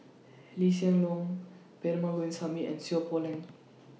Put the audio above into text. Lee Hsien Loong Perumal Govindaswamy and Seow Poh Leng